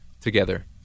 together